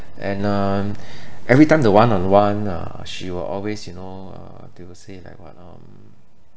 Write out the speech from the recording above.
and uh every time the one on one uh she will always you know uh they will say like what lor